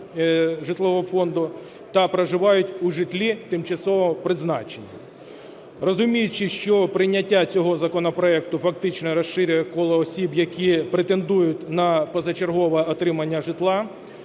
та проживають у житлі тимчасового призначення. Розуміючи, що прийняття цього законопроекту фактично розширює коло осіб, які претендують на позачергове отримання житла,